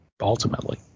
ultimately